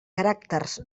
caràcters